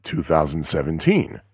2017